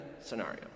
scenario